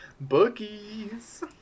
bookies